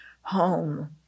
home